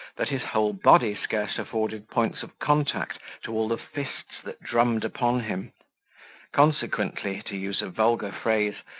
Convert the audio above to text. that his whole body scarce afforded points of contact to all the fists that drummed upon him consequently, to use a vulgar phrase,